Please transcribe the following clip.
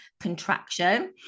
contraction